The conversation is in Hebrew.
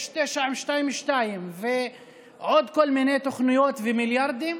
יש 922 ועוד כל מיני תוכניות ומיליארדים,